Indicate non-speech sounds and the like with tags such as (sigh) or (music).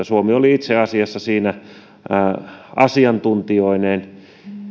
(unintelligible) suomi oli itse asiassa siinä asiantuntijoineen